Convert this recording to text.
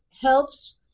helps